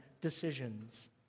decisions